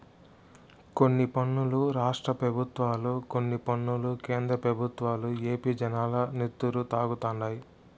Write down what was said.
కొన్ని పన్నులు రాష్ట్ర పెబుత్వాలు, కొన్ని పన్నులు కేంద్ర పెబుత్వాలు ఏపీ జనాల నెత్తురు తాగుతండాయి